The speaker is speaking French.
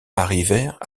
arrivèrent